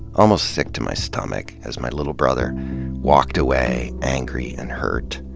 almost sick to my stomach, as my little brother walked away, angry and hurt.